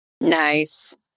Nice